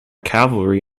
cavalry